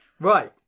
Right